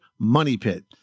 MONEYPIT